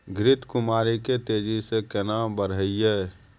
घृत कुमारी के तेजी से केना बढईये?